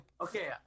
Okay